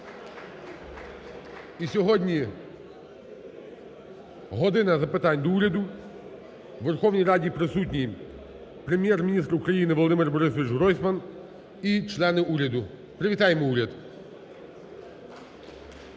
І сьогодні "година запитань до Уряду". У Верховній Раді присутній Прем'єр-міністр України Володимир Борисович Гройсман і члени уряду. Привітаємо уряд.